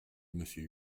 monsieur